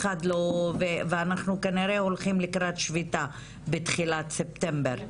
אנחנו כנראה הולכים לקראת שביתה של המורים בתחילת ספטמבר.